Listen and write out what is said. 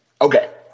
okay